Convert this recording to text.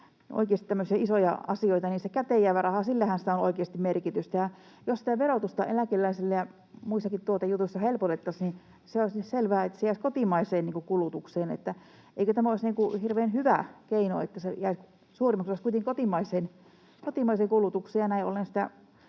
tämmöisiä isoja asioita. Sillä käteenjäävällä rahalla on oikeasti merkitystä. Jos tätä verotusta eläkeläisille ja muissakin tuotejutuissa helpotettaisiin, niin olisi selvää, että se raha jäisi kotimaiseen kulutukseen. Eikö tämä olisi hirveän hyvä keino, että se jäisi suurimmaksi osaksi kuitenkin